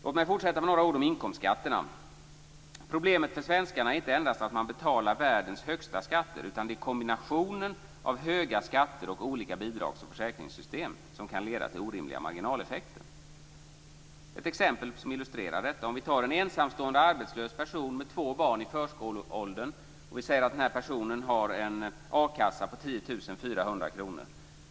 Låt mig fortsätta med några ord om inkomstskatterna. Problemet för svenskarna är inte endast att de betalar världens högsta skatter utan kombinationen av höga skatter och olika bidrags och försäkringssystem. De kan leda till orimliga marginaleffekter. Ett exempel kan illustrera det. En ensamstående arbetslös med två barn i förskoleåldern har en a-kassa på 10 400 kr.